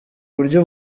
uburyo